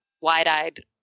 wide-eyed